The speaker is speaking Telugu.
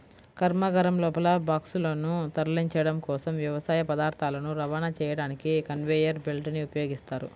కర్మాగారం లోపల బాక్సులను తరలించడం కోసం, వ్యవసాయ పదార్థాలను రవాణా చేయడానికి కన్వేయర్ బెల్ట్ ని ఉపయోగిస్తారు